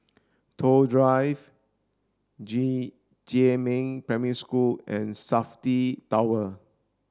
Toh Drive Jiemin Primary School and SAFTI Tower